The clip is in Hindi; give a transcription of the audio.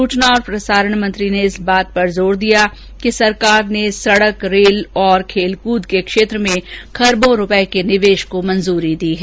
सूचना प्रसारण मंत्री ने इस बात पर जोर दिया कि सरकार ने सड़क रेल और खेलकूद के क्षेत्र में खरबो रूपये के निवेश को मंजूरी दी है